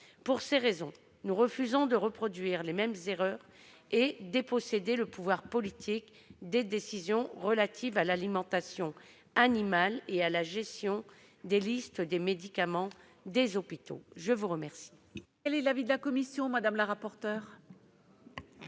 toutes ces raisons, nous refusons de reproduire les mêmes erreurs et de déposséder le pouvoir politique des décisions relatives à l'alimentation animale et à la gestion des listes des médicaments des hôpitaux. Quel